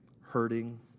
hurting